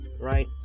right